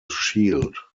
shield